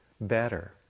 better